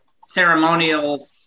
ceremonial